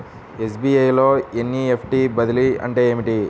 SBI లో NEFT బదిలీ అంటే ఏమిటి?